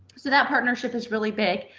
so that partnership is really big.